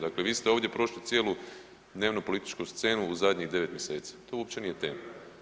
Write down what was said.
Dakle, vi ste ovdje prošli cijelu dnevno-političku scenu u zadnjih 9 mjeseci, to uopće nije tema.